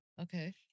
okay